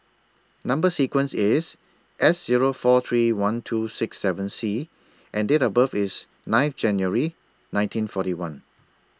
Number sequence IS S Zero four three one two six seven C and Date of birth IS nine January nineteen forty one